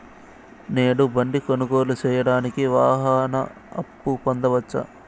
నేను బండి కొనుగోలు సేయడానికి వాహన అప్పును పొందవచ్చా?